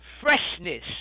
Freshness